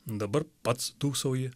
dabar pats dūsauji